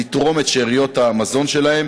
לתרום את שאריות המזון שלהם?